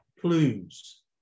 clues